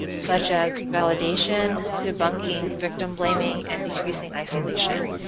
such as validation, debunking victim blaming, and decreasing isolation,